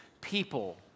people